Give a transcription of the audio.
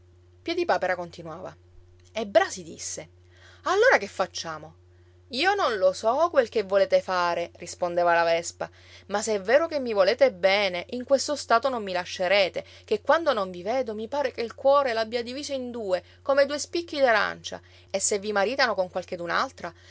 tartaglia piedipapera continuava e brasi disse allora che facciamo io non lo so quel che volete fare rispondeva la vespa ma se è vero che mi volete bene in questo stato non mi lascerete ché quando non vi vedo mi pare che il cuore l'abbia diviso in due come due spicchi d'arancia e se vi maritano con